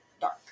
dark